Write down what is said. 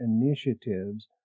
initiatives